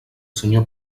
senyor